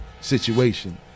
situation